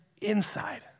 inside